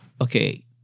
Okay